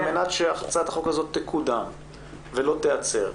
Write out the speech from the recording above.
על מנת שהצעת החוק הזו תקודם ולא תיעצר,